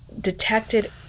detected